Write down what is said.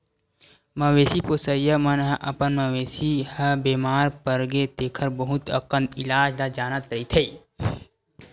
मवेशी पोसइया मन ह अपन मवेशी ह बेमार परगे तेखर बहुत अकन इलाज ल जानत रहिथे